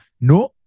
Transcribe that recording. no